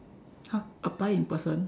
!huh! apply in person